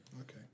Okay